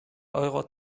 euro